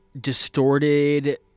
distorted